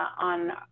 on